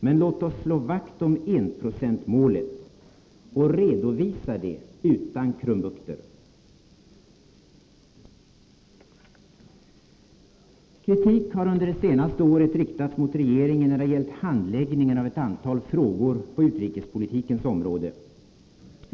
Men låt oss slå vakt om enprocentsmålet och redovisa det utan krumbukter! Kritik har under det senaste året riktats mot regeringen när det gällt handläggningen av ett antal frågor på utrikespolitikens område.